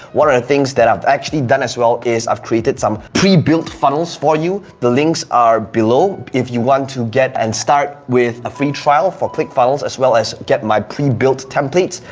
one of the things that i've actually done as well is i've created some pre-built funnels for you. the links are below. if you want to get and start with a free trial for click funnels, as well as get my pre-built template,